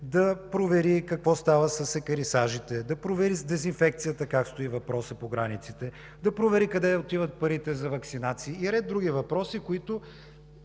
да провери какво става с екарисажите, да провери как стои въпросът с дезинфекцията по границите, да провери къде отиват парите за ваксинации и ред други въпроси, които